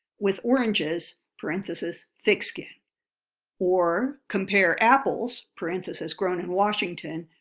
with oranges, parentheses, thick-skinned or, compare apples, parentheses, grown in washington,